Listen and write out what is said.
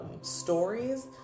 stories